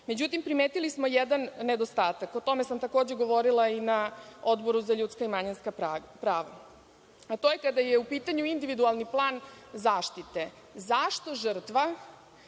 slučaja.Međutim, primetili smo jedan nedostatak, a o tome sam takođe govorila i na Odboru za ljudska i manjinska prava, a to je kada je u pitanju individualni plan zaštite. Zašto žrtva,